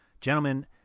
Gentlemen